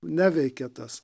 neveikia tas